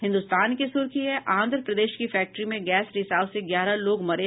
हिन्दुस्तान की सुर्खी है आंध्र प्रदेश की फैक्ट्री में गैस रिसाव से ग्यारह लोग मरे